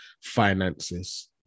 finances